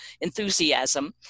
enthusiasm